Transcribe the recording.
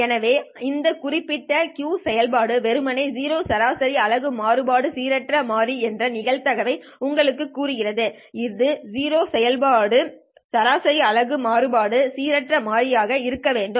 எனவே இந்த குறிப்பிட்ட Q செயல்பாடு வெறுமனே 0 சராசரி அலகு மாறுபாடு சீரற்ற மாறி என்று நிகழ்தகவை உங்களுக்குக் கூறுகிறது இது 0 சராசரி அலகு மாறுபாடு சீரற்ற மாறி ஆக இருக்க வேண்டும்